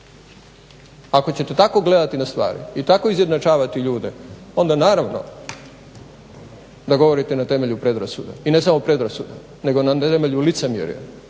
Ako ćete tako gledati na stvari i tako izjednačavati ljude, onda naravno da govorite na temelju predrasuda i ne samo predrasuda nego na temelju licemjerja.